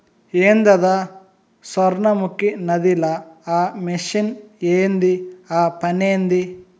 ఏందద సొర్ణముఖి నదిల ఆ మెషిన్ ఏంది ఆ పనేంది